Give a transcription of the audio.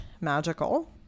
magical